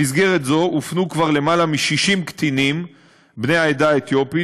במסגרת זו הופנו כבר יותר מ-60 קטינים בני העדה האתיופית